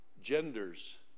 genders